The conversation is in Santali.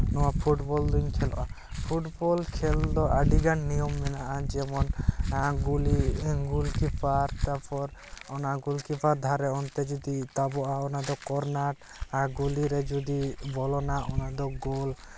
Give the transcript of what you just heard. ᱱᱚᱣᱟ ᱯᱷᱩᱴᱵᱚᱞ ᱫᱚᱹᱧ ᱠᱷᱮᱞᱚᱜᱼᱟ ᱯᱷᱩᱴᱵᱚᱞ ᱠᱷᱮᱞ ᱫᱚ ᱟᱹᱰᱤᱜᱟᱱ ᱱᱤᱭᱚᱢ ᱢᱮᱱᱟᱜ ᱟᱱ ᱡᱮᱢᱚᱱ ᱜᱩᱞᱤ ᱜᱩᱞᱠᱤᱯᱟᱨ ᱛᱟᱨᱯᱚᱨ ᱚᱱᱟ ᱜᱩᱞᱠᱤᱯᱟᱨ ᱫᱷᱟᱨᱮ ᱛᱮ ᱡᱩᱫᱤ ᱛᱟᱵᱚᱜᱼᱟ ᱚᱱᱟ ᱫᱚ ᱠᱚᱨᱱᱟᱨ ᱟᱨ ᱜᱩᱞᱤᱨᱮ ᱡᱩᱫᱤ ᱵᱚᱞᱚᱱᱟ ᱚᱱᱟ ᱫᱚ ᱜᱳᱞ